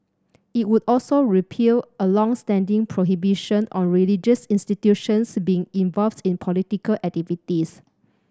it would also repeal a long standing prohibition on religious institutions being involved in political activities